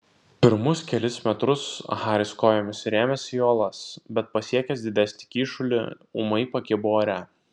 pirmus kelis metrus haris kojomis rėmėsi į uolas bet pasiekęs didesnį kyšulį ūmai pakibo ore